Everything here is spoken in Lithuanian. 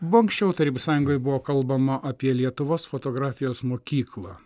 buvo anksčiau tarybų sąjungoj buvo kalbama apie lietuvos fotografijos mokyklą